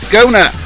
Gona